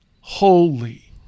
holy